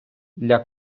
для